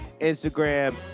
Instagram